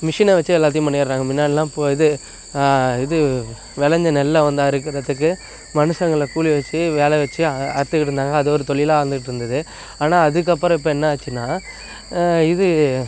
மிஷினை வச்சு எல்லாத்தையும் பண்ணிடுறாங்க முன்னாடிலாம் போ இது இது விளஞ்ச நெல்லை வந்து அறுக்குறத்துக்கு மனுஷங்களை கூலி வச்சு வேலை வச்சு அறுத்துக்கிட்டு இருந்தாங்க அது ஒரு தொழிலா இருந்துக்கிட்டு இருந்துது ஆனால் அதற்கப்பறம் இப்போ என்ன ஆச்சுன்னா இது